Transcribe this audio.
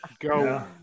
go